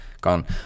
gone